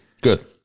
Good